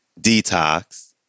Detox